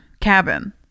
cabin